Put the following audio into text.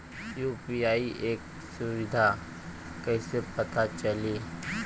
UPI क सुविधा कैसे पता चली?